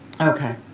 Okay